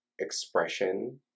expression